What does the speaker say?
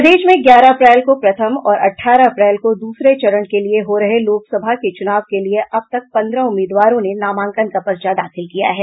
प्रदेश में ग्यारह अप्रैल को प्रथम और अठारह अप्रैल को दूसरे चरण के लिए हो रहे लोकसभा के चूनाव के लिये अब तक पन्द्रह उम्मीदवारों ने नामांकन का पर्चा दाखिल किया है